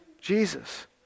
Jesus